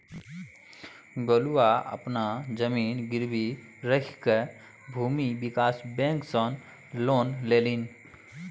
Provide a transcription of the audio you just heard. गोलुआ अपन जमीन गिरवी राखिकए भूमि विकास बैंक सँ लोन लेलनि